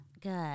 good